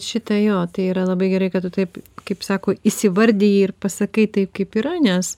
šita jo tai yra labai gerai kad tu taip kaip sako įsivardiji ir pasakai taip kaip yra nes